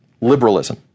liberalism